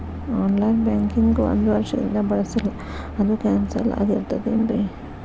On line banking ಒಂದ್ ವರ್ಷದಿಂದ ಬಳಸಿಲ್ಲ ಅದು ಕ್ಯಾನ್ಸಲ್ ಆಗಿರ್ತದೇನ್ರಿ?